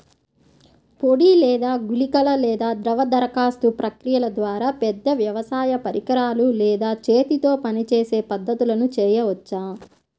పొడి లేదా గుళికల లేదా ద్రవ దరఖాస్తు ప్రక్రియల ద్వారా, పెద్ద వ్యవసాయ పరికరాలు లేదా చేతితో పనిచేసే పద్ధతులను చేయవచ్చా?